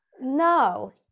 No